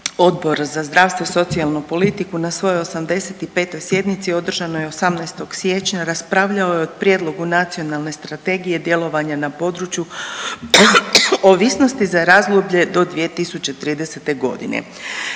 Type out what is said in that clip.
Odbor za zdravstvo i socijalnu politiku na svojoj 85. sjednici održanoj 18. siječnja raspravljao je o Prijedlogu Nacionalne strategije djelovanja na području ovisnosti za razdoblje do 2030. godine,